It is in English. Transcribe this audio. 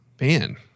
man